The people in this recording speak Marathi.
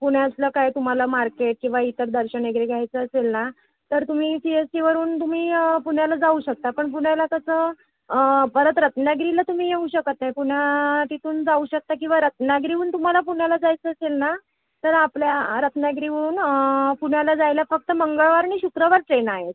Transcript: पुण्यातलं काय तुम्हाला मार्केट किंवा इतर दर्शन वगैरे घ्यायचं असेल ना तर तुम्ही सी एस टीवरून तुम्ही पुण्याला जाऊ शकता पण पुण्याला कसं परत रत्नागिरीला तुम्ही येऊ शकत नाही पुणा तिथून जाऊ शकता किंवा रत्नागिरीहून तुम्हाला पुण्याला जायचं असेल ना तर आपल्या रत्नागिरीवरून पुण्याला जायला फक्त मंगळवार आणि शुक्रवार ट्रेन आहेत